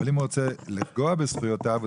אבל אם הוא רוצה לפגוע בזכויותיו הוא